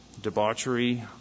debauchery